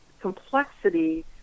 complexity